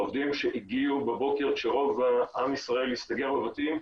העובדים שהגיעו בבוקר כשרוב עם ישראל הסתגר בבתים,